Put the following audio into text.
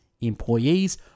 employees